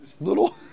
little